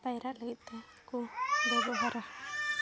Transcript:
ᱯᱟᱭᱨᱟᱜ ᱞᱟᱹᱜᱤᱫ ᱛᱮ ᱠᱚ ᱵᱮᱵᱚᱦᱟᱨᱟ